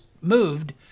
moved